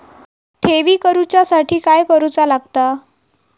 ठेवी करूच्या साठी काय करूचा लागता?